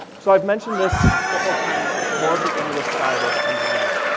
so i've mentioned this a couple of times. it's more of the english side of engineering.